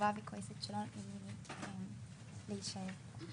עצובה וכועסת שלא נותנים לי להישאר.